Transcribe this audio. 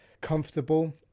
comfortable